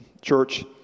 Church